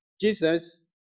Jesus